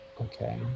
okay